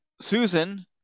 Susan